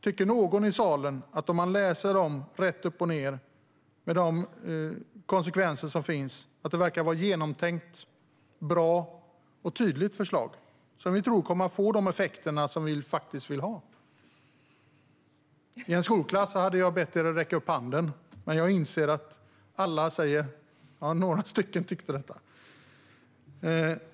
Tycker någon i salen, om man läser dem rätt upp och ned och ser de konsekvenser som finns, att det verkar vara ett genomtänkt, bra och tydligt förslag som kommer att få de effekter som vi vill ha? Hade ni varit en skolklass hade jag bett er att räcka upp handen. Ja, några tycker det.